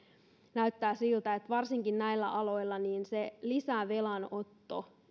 näyttää siltä varsinkin näillä aloilla että se lisävelan otto